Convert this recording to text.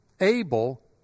Abel